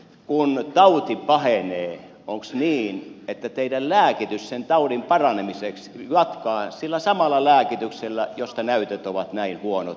kun tauti pahenee onko niin että teidän lääkityksenne sen taudin paranemiseksi on jatkaa sillä samalla lääkityksellä josta näytöt ovat näin huonot